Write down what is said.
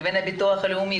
לבין הביטוח הלאומי.